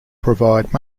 provide